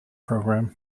program